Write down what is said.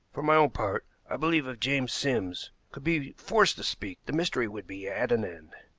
for my own part, i believe if james sims could be forced to speak the mystery would be at an end.